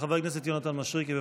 חבר הכנסת יונתן מישרקי.